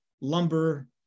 lumber